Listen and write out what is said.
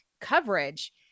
coverage